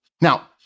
Now